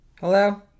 Hello